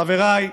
חבריי,